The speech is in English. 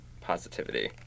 positivity